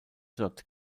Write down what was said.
dort